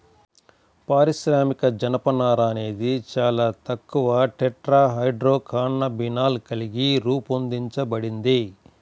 పారిశ్రామిక జనపనార అనేది చాలా తక్కువ టెట్రాహైడ్రోకాన్నబినాల్ కలిగి రూపొందించబడింది